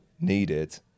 needed